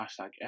hashtag